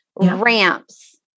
ramps